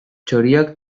txoriak